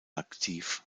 aktiv